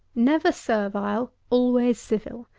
never servile always civil.